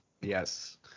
Yes